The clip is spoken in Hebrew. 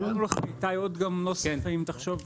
העברנו לך איתי עוד נוסח חלופי.